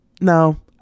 no